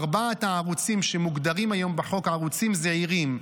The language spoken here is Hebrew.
ארבעת הערוצים שמוגדרים היום בחוק ערוצים זעירים,